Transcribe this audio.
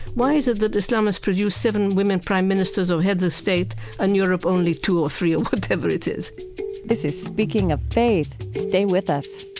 why is it that islam has produced seven women prime ministers or heads of state and europe only two or three? or whatever it is this is speaking of faith. stay with us